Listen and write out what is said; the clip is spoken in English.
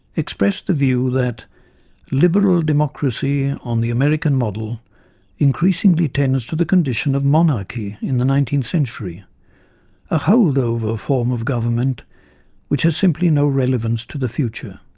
expressed the view that liberal democracy on the american model increasingly tends to the condition of monarchy in the nineteenth century a holdover form of government which has simply no relevance to the future.